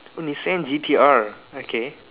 Nissan G T R okay